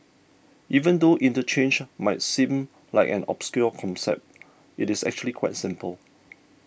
even though interchange might seem like an obscure concept it is actually quite simple